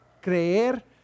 creer